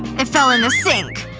it fell in the sink.